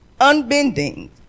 unbending